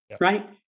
right